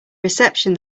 reception